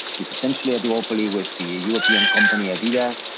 is essentially a duopoly with the european company, adidas.